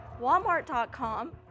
walmart.com